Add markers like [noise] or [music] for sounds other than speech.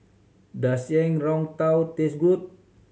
does yang [unintelligible] tang taste good